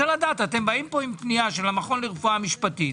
אתם באים פה עם פנייה של המכון לרפואה משפטית.